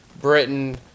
Britain